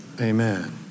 Amen